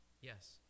Yes